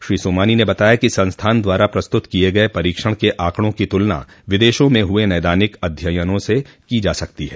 श्री सोमानी ने बताया कि संस्थान द्वारा प्रस्तुत किये गये परीक्षण के आंकड़ों की तुलना विदेशों में हुए नैदानिक अध्ययनों से की जा सकती है